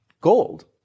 gold